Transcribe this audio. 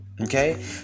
Okay